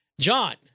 John